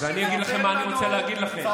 ואני אגיד לכם מה שאני רוצה להגיד לכם,